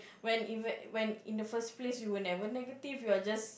when in when when in the first place you were never negative you're just